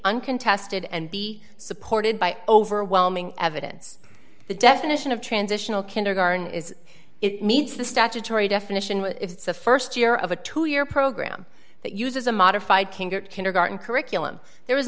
uncontested and be supported by overwhelming evidence the definition of transitional kindergarten is it meets the statutory definition when it's the st year of a two year program that uses a modified king or kindergarten curriculum there was